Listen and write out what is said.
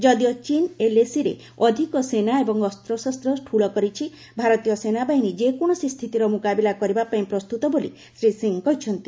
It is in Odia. ଯଦିଓ ଚୀନ୍ ଏଲ୍ଏସିରେ ଅଧିକ ସେନା ଏବଂ ଅସ୍ତ୍ରଶସ୍ତ୍ର ଠୁଳ କରିଛି ଭାରତୀୟ ସେନାବାହିନୀ ଯେକୌଣସି ସ୍ଥିତିର ମୁକାବିଲା କରିବା ପାଇଁ ପ୍ରସ୍ତୁତ ବୋଲି ଶ୍ରୀ ସିଂହ କହିଛନ୍ତି